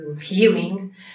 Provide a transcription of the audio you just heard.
Hearing